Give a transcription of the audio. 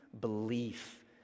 belief